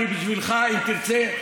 בשבילך, אם תרצה.